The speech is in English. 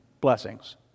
blessings